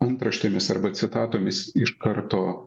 antraštėmis arba citatomis iš karto